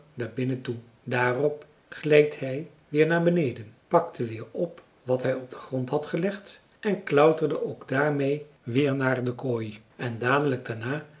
daarbinnen toe daarop gleed hij weer naar beneden pakte weer op wat hij op den grond had gelegd en klauterde ook daarmee weer naar de kooi en dadelijk daarna